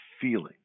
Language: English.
feeling